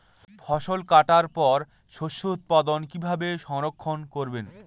ফসল কাটার পর শস্য উৎপাদন কিভাবে সংরক্ষণ করবেন?